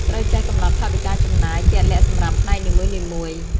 ត្រូវចេះកំណត់ថវិកាចំណាយជាក់លាក់សម្រាប់ផ្នែកនីមួយៗ។